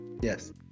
Yes